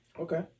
okay